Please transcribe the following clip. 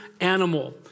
animal